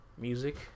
music